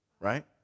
right